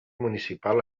municipal